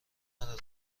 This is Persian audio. ندارم